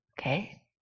Okay